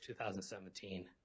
2017